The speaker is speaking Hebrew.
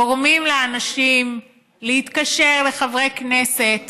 גורמים לאנשים להתקשר לחברי כנסת